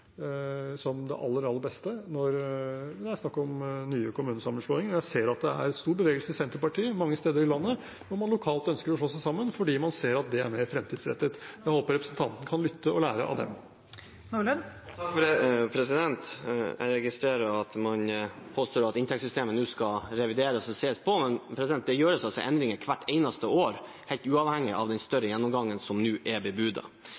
som det aller, aller beste, når det er snakk om nye kommunesammenslåinger. Jeg ser at det er stor bevegelse i Senterpartiet mange steder i landet, hvor man lokalt ønsker å slå seg sammen fordi man ser at det er mer fremtidsrettet. Jeg håper representanten kan lytte og lære av det. Det blir oppfølgingsspørsmål – først Willfred Nordlund. Jeg registrerer at man påstår at inntektssystemet nå skal revideres og ses på, men det gjøres altså endringer hvert eneste år, helt uavhengig av den større gjennomgangen som nå er bebudet.